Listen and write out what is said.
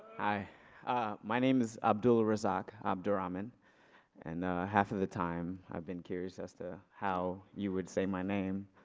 ah my name is abdul razak drama um and and half of the time i've been curious as to how you would say my name.